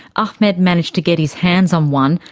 ahmed managed to get his hands on one,